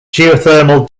geothermal